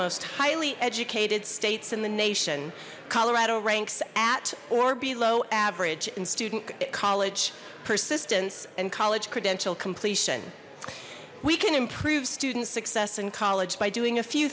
most highly educated states in the nation colorado ranks at or below average in student college persistence and college credential completion we can improve student success in college by doing a few